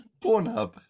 Pornhub